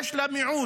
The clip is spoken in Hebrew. שיש בה מיעוט,